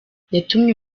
yatumye